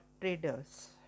traders